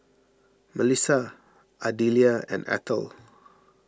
Melissa Adelia and Ethel